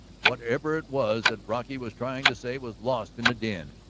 whatever it was that brocky was trying to say was lost in the din.